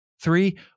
Three